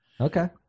Okay